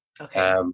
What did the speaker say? Okay